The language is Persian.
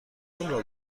آنرا